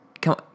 come